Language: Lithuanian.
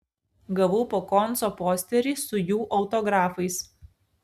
gavau po konco posterį su jų autografais